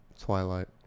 Twilight